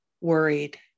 worried